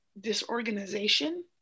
disorganization